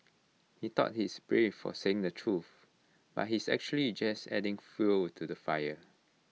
he thought he's brave for saying the truth but he's actually just adding fuel to the fire